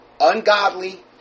ungodly